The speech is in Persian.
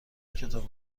کتاب